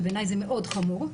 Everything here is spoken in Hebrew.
שבעיניי זה מאוד חמור,